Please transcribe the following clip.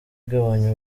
igabanya